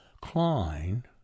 Klein